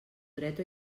dret